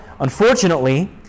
Unfortunately